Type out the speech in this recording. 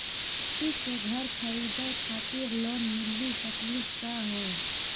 हमनी के घर खरीदै खातिर लोन मिली सकली का हो?